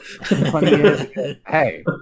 Hey